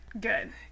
good